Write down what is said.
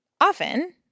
Often